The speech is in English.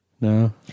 No